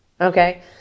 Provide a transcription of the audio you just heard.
Okay